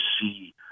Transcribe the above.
see